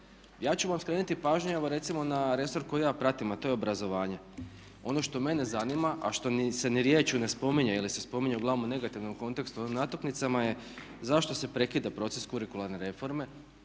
Ja ću vam skrenuti pažnju evo recimo na resor koji ja pratim, a to je obrazovanje. Ono što mene zanima, a što se ni riječju ne spominje ili se spominje uglavnom u negativnom kontekstu u ovim natuknicama je zašto se prekida proces kurikularne reforme,